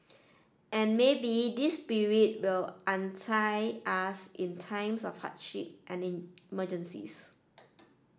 and maybe this spirit will unite us in times of hardship and emergencies